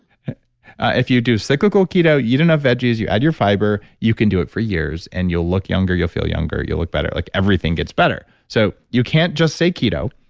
if you do cyclical keto, you eat enough veggies, you add your fiber, you can do it for years and you'll look younger, you'll feel younger, you'll look better. like everything gets better. so you can't just say keto,